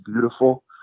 beautiful